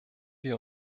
wir